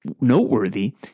noteworthy